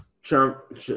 Trump